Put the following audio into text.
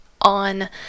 on